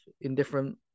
indifferent